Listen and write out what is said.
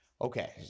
Okay